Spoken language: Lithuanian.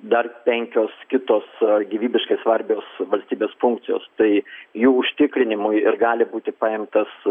dar penkios kitos gyvybiškai svarbios valstybės funkcijos tai jų užtikrinimui ir gali būti paimtas